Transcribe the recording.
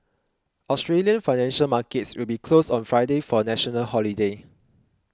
Australian financial markets will be closed on Friday for a national holiday